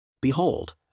Behold